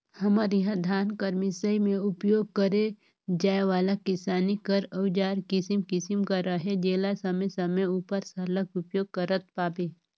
हमर इहा धान कर मिसई मे उपियोग करे जाए वाला किसानी कर अउजार किसिम किसिम कर अहे जेला समे समे उपर सरलग उपियोग करत पाबे